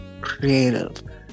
creative